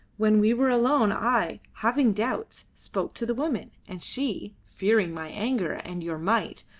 when we were alone i, having doubts, spoke to the woman, and she, fearing my anger and your might,